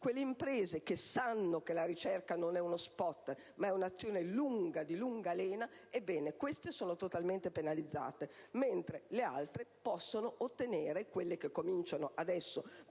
quelle imprese che sanno che la ricerca non è un *spot* ma un'azione di lunga lena, ebbene queste sono totalmente penalizzate mentre le altre, quelle che cominciano adesso